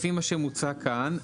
לפי מה שמוצע כאן,